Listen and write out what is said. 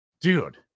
dude